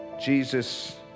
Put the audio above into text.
Jesus